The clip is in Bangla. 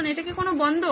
এটা কি একটা বন্দর